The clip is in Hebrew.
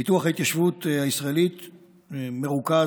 פיתוח ההתיישבות הישראלית מרוכז,